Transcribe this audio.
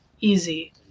easy